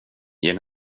ger